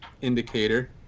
indicator